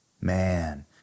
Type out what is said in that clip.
man